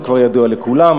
זה כבר ידוע לכולם,